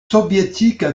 soviétiques